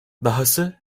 dahası